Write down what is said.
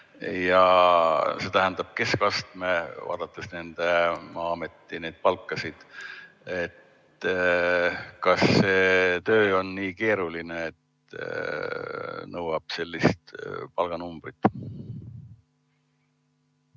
See on keskastmel, vaadates nende ametipalkasid. Kas see töö on nii keeruline, et nõuab sellist palganumbrit?